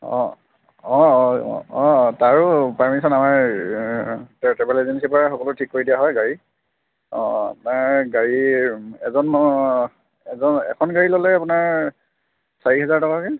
অঁ অঁ অঁ অঁ অঁ আৰু পাৰমিশ্যন আমাৰ ট্ৰেভেল এজেঞ্চিৰপৰাই সকলো ঠিক কৰি দিয়া হয় গাড়ী অঁ অঁ আপোনাৰ গাড়ীৰ এজনো এজন এখন গাড়ী ল'লে আপোনাৰ চাৰি হেজাৰ টকাকৈ